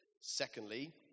Secondly